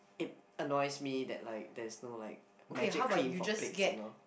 it annoys me that like there's no like Magic Clean for plates you know